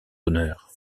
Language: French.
l’honneur